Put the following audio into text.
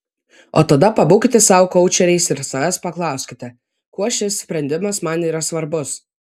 o tada pabūkite sau koučeriais ir savęs paklauskite kuo šis sprendimas man yra svarbus